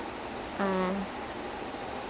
when he comes as the villain to tom cruise